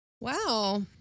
Wow